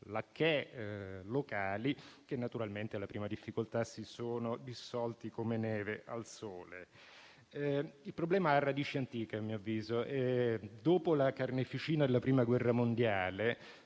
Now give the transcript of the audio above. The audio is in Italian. lacchè locali che naturalmente, alla prima difficoltà, si sono dissolti come neve al sole. Il problema ha radici antiche a mio avviso. Dopo la carneficina della Prima guerra mondiale,